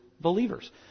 Believers